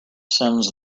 sends